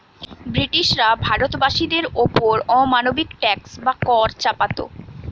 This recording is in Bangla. ব্রিটিশরা ভারতবাসীদের ওপর অমানবিক ট্যাক্স বা কর চাপাত